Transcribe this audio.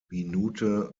minute